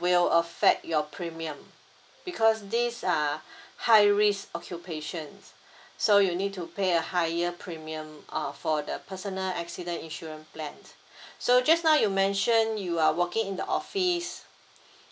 will affect your premium because these uh high risk occupations so you need to pay a higher premium uh for the personal accident insurance plan so just now you mention you are working in the office